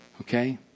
Okay